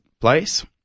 place